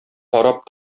карап